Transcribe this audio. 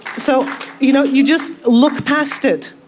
so you know you just look past it,